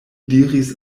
diris